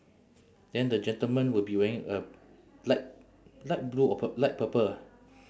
then the gentleman will be wearing a light light blue or purp~ light purple